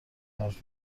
حرف